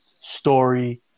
story